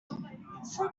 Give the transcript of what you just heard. something